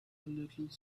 little